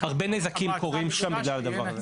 הרבה נזקים קורים שם בגלל הדבר הזה.